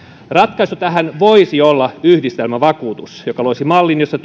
ratkaisu tähän voisi olla yhdistelmävakuutus joka loisi mallin jossa